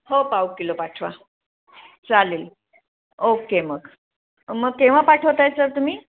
हो पाव किलो पाठवा चालेल ओके मग मग केव्हा पाठवताय सर तुम्ही